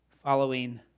following